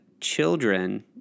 children